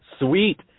Sweet